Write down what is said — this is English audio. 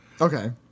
Okay